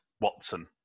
Watson